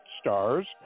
stars